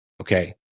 okay